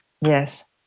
Yes